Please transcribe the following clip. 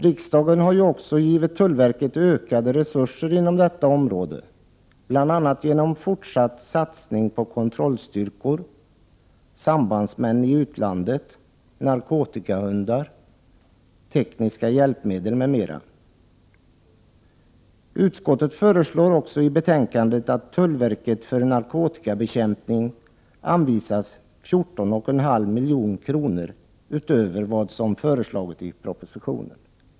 Riksdagen har ju också givit tullverket ökade resurser inom detta område, bl.a. genom fortsatt satsning på kontrollstyrkor, sambandsmän i utlandet, narkotikahundar, tekniska hjälpmedel m.m. I betänkandet föreslår utskottet också att tullverket för narkotikabekämpning anvisas 14,5 milj.kr. utöver vad som föreslagits i propositionen.